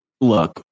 look